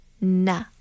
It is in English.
Na